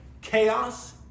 chaos